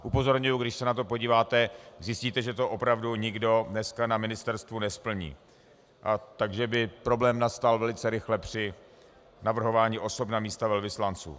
Upozorňuji, když se na to podíváte, zjistíte, že to opravdu nikdo dneska na ministerstvu nesplní, takže by problém nastal velice rychle při navrhování osob na místa velvyslanců.